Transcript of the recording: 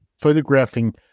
photographing